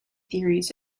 theories